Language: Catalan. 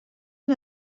una